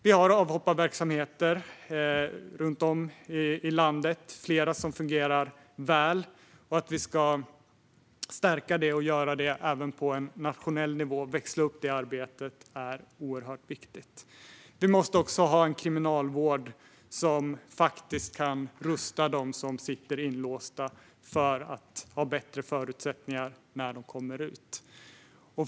Det finns avhopparverksamheter runt om i landet, och flera av dem fungerar väl. Det är oerhört viktigt att det arbetet växlas upp och stärks på nationell nivå. Vi måste också ha en kriminalvård som faktiskt rustar dem som sitter inlåsta så att de har bättre förutsättningar när de kommer ut.